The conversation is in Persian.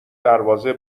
دروازه